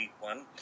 one